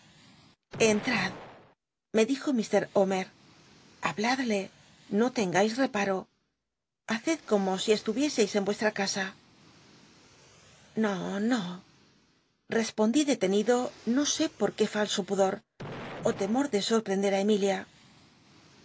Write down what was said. entad me dijo iir omcr habl adle no lcngais repa ro haced como si estuvieseis en vuestra c isa no no espondí detenido no sé por qué falso pudor ó temor de sorprender á emilia